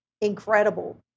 incredible